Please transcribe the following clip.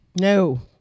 No